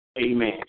Amen